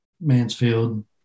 Mansfield